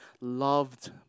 loved